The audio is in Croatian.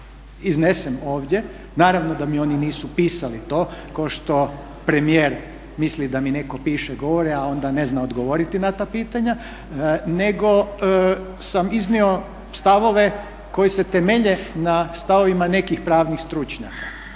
iznesem ovdje? Naravno da mi oni nisu pisali to kao što premijer misli da mi netko piše govore a onda ne zna odgovoriti na ta pitanje, nego sam iznio stavove koji se temelje na stavovima nekih pravnih stručnjaka.